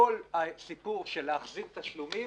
בכל הסיפור של החזרת תשלומים,